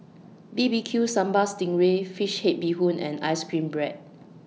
B B Q Sambal Sting Ray Fish Head Bee Hoon and Ice Cream Bread